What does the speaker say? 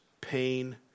pain